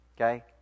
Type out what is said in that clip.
Okay